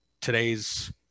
today's